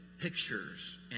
pictures